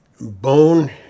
Bone